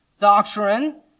doctrine